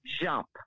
jump